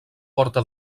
porta